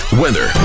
weather